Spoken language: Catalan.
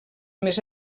més